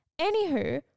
Anywho